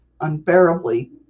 Unbearably